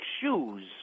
shoes